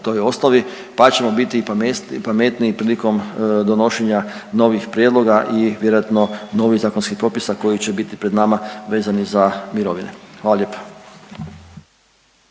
toj osnovi, pa ćemo biti pametniji prilikom donošenja novih prijedloga i vjerojatno novih zakonskih propisa koji će biti pred nama vezani za mirovine. Hvala lijepa.